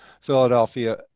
Philadelphia